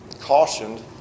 cautioned